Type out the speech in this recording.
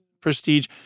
prestige